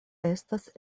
estas